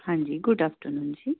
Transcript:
ਹਾਂਜੀ good afternoon ਜੀ